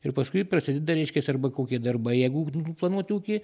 ir paskui prasideda reiškias arba kokie darbai jeigu planuot ūkį